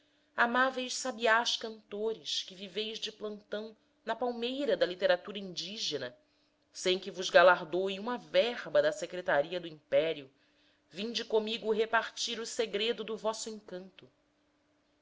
amáveis sabiás cantores que viveis de plantão na palmeira da literatura indígena sem que vos galardoe uma verba da secretaria do império vinde comigo repartir o segredo do vosso encanto